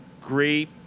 Great